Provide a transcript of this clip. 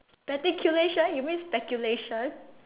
speculation you mean speculation